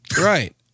Right